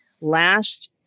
last